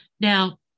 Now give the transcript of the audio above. Now